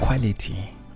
Quality